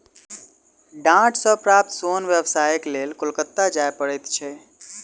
डांट सॅ प्राप्त सोन व्यवसायक लेल कोलकाता जाय पड़ैत छै